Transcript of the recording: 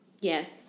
Yes